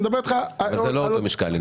זה לא אותו משקל.